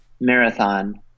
marathon